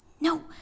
No